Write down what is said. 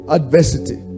adversity